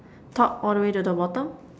top all the way to the bottom